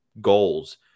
goals